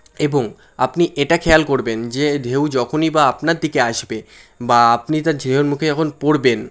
এবং আপনি এটা খেয়াল করবেন যে ঢেউ যখনই বা আপনার দিকে আসবে বা আপনি তার ঢেউয়ের মুখে যখন পড়বেন